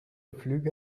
flüge